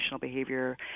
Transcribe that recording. behavior